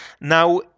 Now